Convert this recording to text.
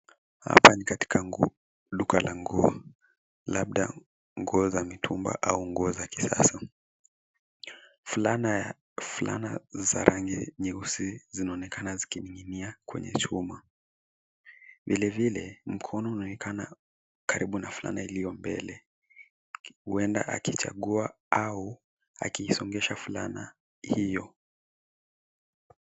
Hapa ni katika duka la nguo labda nguo za mitumba au nguo za kisasa. Fulana za rangi nyeusi zinaonekana zikining'inia kwenye chuma. Vile vile, mkono unaonekana karibu na fulana iliyo mbele. Huenda akichagua au akiisongesha fulana hio.